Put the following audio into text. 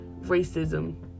racism